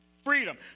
Freedom